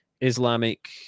Islamic